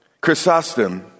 Chrysostom